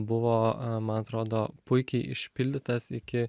buvo man atrodo puikiai išpildytas iki